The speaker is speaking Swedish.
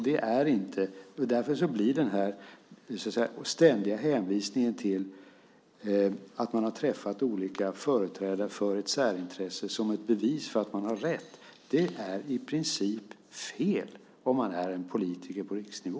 Därför blir det i princip fel med den ständiga hänvisningen till att man har träffat olika företrädare för ett särintresse som ett bevis för att man har rätt om man är en politiker på riksnivå.